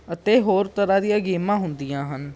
ਅਤੇ ਹੋਰ ਤਰ੍ਹਾਂ ਦੀਆਂ ਗੇਮਾਂ ਹੁੰਦੀਆਂ ਹਨ